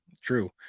True